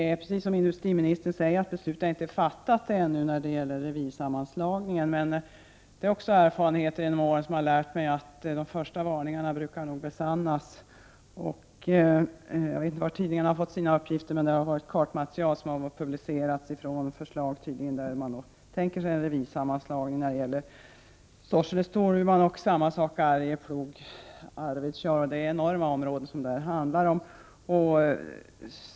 Fru talman! När det gäller revirsammanslagningen är det precis som industriministern säger, nämligen att beslutet ännu inte är fattat. Erfarenheter genom åren har lärt mig att de första varningarna brukar besannas. Jag vet inte varifrån tidningarna har fått sina uppgifter, men det har funnits kartmaterial som har publicerats med förslag där man tänker sig en revirsammanslagning när det gäller Sorsele och Storuman, och samma sak är det med Arjeplog och Arvidsjaur. Det handlar om enorma områden.